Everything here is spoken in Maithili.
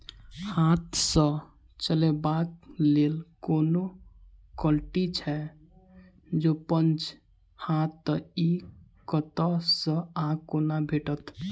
हाथ सऽ चलेबाक लेल कोनों कल्टी छै, जौंपच हाँ तऽ, इ कतह सऽ आ कोना भेटत?